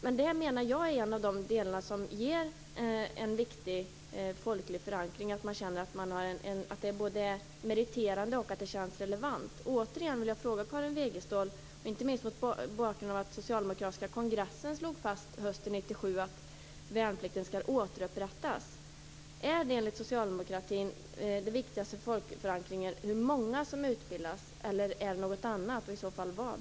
Jag menar att detta är en av de delar som ger en viktig folklig förankring - man känner att utbildningen både är meriterande och känns relevant. Återigen vill jag ställa en fråga till Karin Wegestål, inte minst mot bakgrund av att den socialdemokratiska kongressen slog fast hösten 1997 att värnplikten skall återupprättas: Är det enligt socialdemokratin det viktigaste för folkförankringen hur många som utbildas, eller är det något annat? Och i så fall vad?